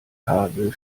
kabel